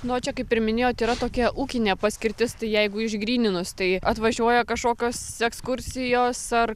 nu o čia kaip ir minėjot yra tokia ūkinė paskirtis tai jeigu išgryninus tai atvažiuoja kažkokios ekskursijos ar